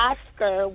Oscar